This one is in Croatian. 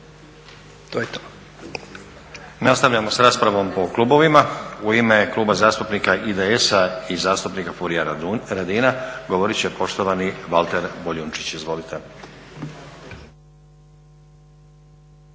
To je to.